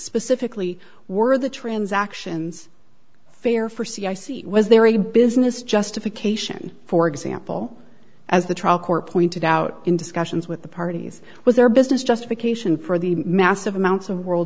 specifically were the transactions fair for c i c was there a business justification for example as the trial court pointed out in discussions with the parties was their business justification for the massive amounts of world